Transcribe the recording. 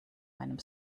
meinem